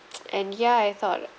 and ya I thought